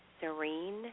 serene